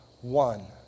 one